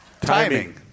Timing